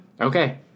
Okay